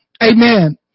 amen